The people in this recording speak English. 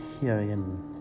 Herein